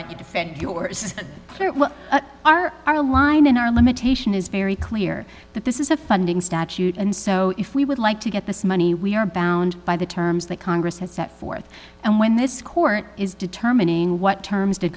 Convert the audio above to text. don't you defend yours are our line and our limitation is very clear that this is a funding statute and so if we would like to get this money we are bound by the terms that congress has set forth and when this court is determining what terms